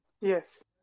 yes